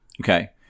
Okay